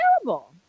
terrible